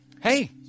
Hey